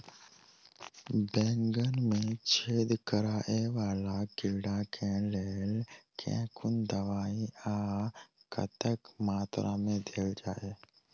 बैंगन मे छेद कराए वला कीड़ा केँ लेल केँ कुन दवाई आ कतेक मात्रा मे देल जाए?